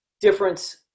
difference